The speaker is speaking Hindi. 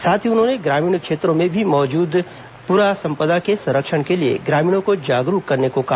साथ ही उन्होंने ग्रामीण क्षेत्रों में भी मौजूद पुरा संपदा के संरक्षण के लिए ग्रामीणों को जागरूक करने को भी कहा